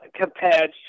compared